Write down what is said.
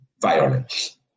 violence